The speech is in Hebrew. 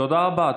תודה רבה.